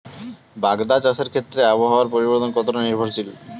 বাগদা চাষের ক্ষেত্রে আবহাওয়ার পরিবর্তন কতটা নির্ভরশীল?